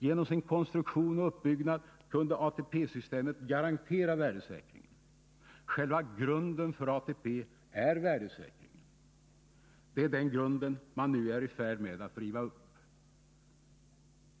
Genom sin konstruktion och uppbyggnad kunde ATP-systemet garantera värdesäkringen. Själva grunden för ATP är värdesäkringen. Det är den grunden man nu är i färd med att riva upp.